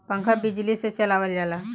पंखा बिजली से चलावल जाला